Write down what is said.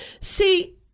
See